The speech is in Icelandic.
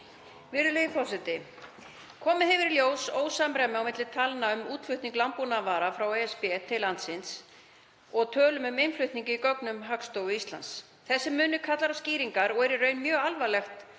Virðulegi forseti. Komið hefur í ljós ósamræmi á milli talna um útflutning landbúnaðarvara frá ESB til landsins og tölum um innflutning í gögnum Hagstofu Íslands. Þessi munur kallar á skýringar og er það í raun mjög alvarlegt